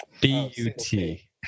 B-U-T